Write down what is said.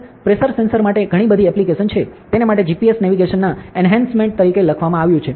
pressure sensor માટે ઘણી બધી એપ્લિકેશન છે તેને માટે GPS નેવિગેશન ના એનહેન્સમેંટ તરીકે લખવામાં આવ્યું છે